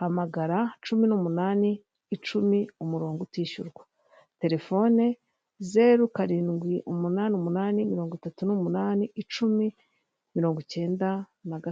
hamagara cumi n'umunani icumi, umurongo utishyurwa, telefone zeru karindwi umunani numunani mirongo itatu n'umunani icumi mirongo icyenda na ga,...